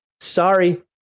sorry